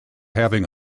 having